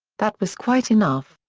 that was quite enough.